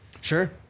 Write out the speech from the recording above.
sure